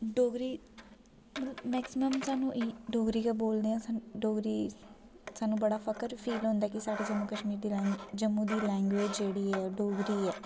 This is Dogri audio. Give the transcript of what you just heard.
डोगरी मैक्सिमम सानू इ डोगरी गै बोलदे आं सानू डोगरी सानू बड़ा फक्र फील होंदा ऐ कि साढे जम्मू कश्मीर दी लैंस जम्मू दी लैंग्वेज जेह्ड़ी ऐ ओह् डोगरी ऐ